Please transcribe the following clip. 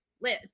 Liz